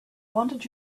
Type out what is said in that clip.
wanted